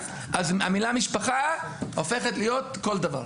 אז המילה משפחה הופכת להיות כל דבר.